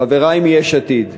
חברי מיש עתיד,